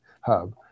hub